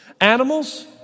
Animals